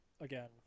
Again